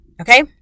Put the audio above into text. Okay